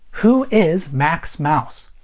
who is max mouse?